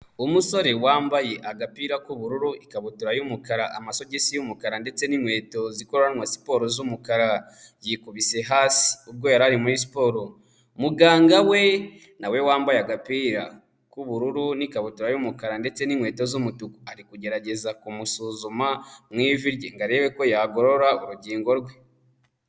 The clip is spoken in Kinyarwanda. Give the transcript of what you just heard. Umusore wambaye agapira k'ubururu, ikabutura y'umukara, amasogisi y'umukara ndetse n'inkweto zikoranwa siporo z'umukara, yikubise hasi ubwo yari ari muri siporo, muganga we nawe wambaye agapira k'ubururu n'ikabutura y'umukara ndetse n'inkweto z'umutuku, ari kugerageza kumusuzuma mu ivi rye ngo arebe ko yagorora urugingo rwe.